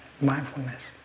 mindfulness